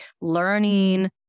learning